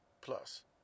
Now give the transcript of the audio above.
plus